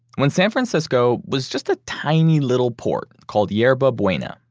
when san francisco was just a tiny little port called yerba buena.